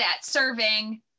serving